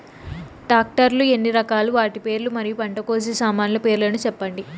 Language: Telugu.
టాక్టర్ లు ఎన్ని రకాలు? వాటి పేర్లు మరియు పంట కోసే సామాన్లు పేర్లను సెప్పండి?